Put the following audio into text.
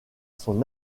son